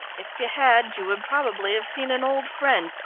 if you had, you would probably have seen an old friend,